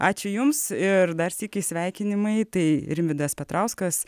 ačiū jums ir dar sykį sveikinimai tai rimvydas petrauskas